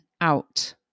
out